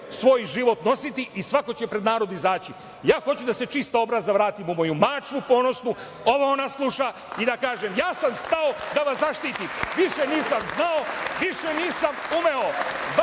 svoj život nositi i svako će pred narod izaći. Ja hoću da se čista obraza vratim u moju Mačvu ponosnu, ovo ona sluša, i da kažem – ja sam stao da vas zaštitim, više nisam znao, više nisam umeo.